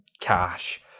cash